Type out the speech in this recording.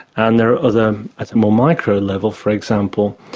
and there are other, at a more micro level, for example,